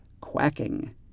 quacking